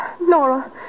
Nora